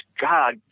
God